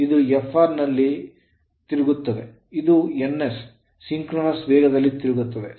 ಇದು Fr ನ ದಿಕ್ಕಿನಲ್ಲಿ ತಿರುಗುತ್ತದೆ ಇದು ns ಸಿಂಕ್ರೋನಸ್ ವೇಗದಲ್ಲಿ ತಿರುಗುತ್ತದೆ